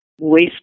waste